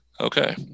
Okay